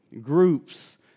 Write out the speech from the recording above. groups